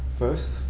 first